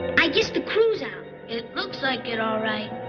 i guess the crew's out. it looks like it, all right.